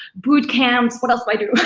boot camps, what else do i do? yeah,